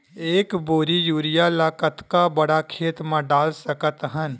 एक बोरी यूरिया ल कतका बड़ा खेत म डाल सकत हन?